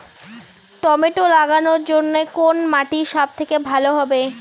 Tomato লাগানোর জন্যে কোন মাটি সব থেকে ভালো হবে?